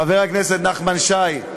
חבר הכנסת נחמן שי,